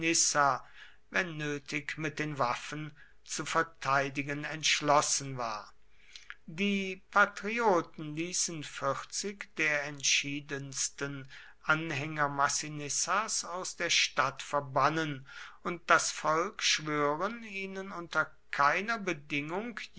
wenn nötig mit den waffen zu verteidigen entschlossen war die patrioten ließen vierzig der entschiedensten anhänger massinissas aus der stadt verbannen und das volk schwören ihnen unter keiner bedingung